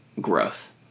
growth